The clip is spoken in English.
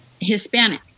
Hispanic